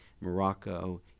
Morocco